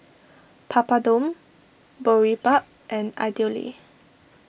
Papadum Boribap and Idili